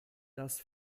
das